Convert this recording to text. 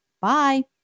Bye